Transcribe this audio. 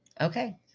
Okay